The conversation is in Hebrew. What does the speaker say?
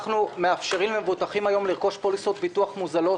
אנחנו מאפשרים היום למבוטחים לרכוש פוליסות ביטוח מוזלות,